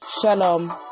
Shalom